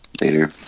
Later